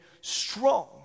strong